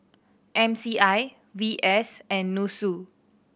M C I V S and NUSSU